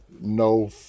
no